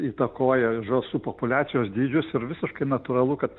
įtakoja žąsų populiacijos dydžius ir visiškai natūralu kad